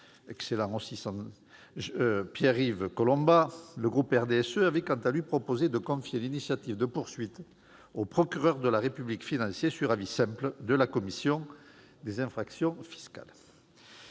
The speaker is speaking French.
excellent collègue Pierre-Yves Collombat, avait proposé de confier l'initiative de poursuites au procureur de la République financier sur avis simple de la commission des infractions fiscales.